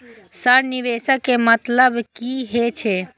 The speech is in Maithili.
सर निवेश के मतलब की हे छे?